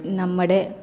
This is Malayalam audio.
നമ്മുടെ